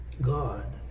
God